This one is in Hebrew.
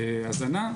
הזנה.